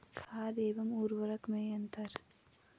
खाद एवं उर्वरक में अंतर?